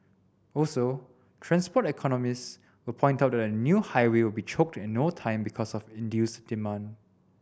also transport economists will point out that a new highway will be choked in no time because of induced demand